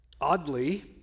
oddly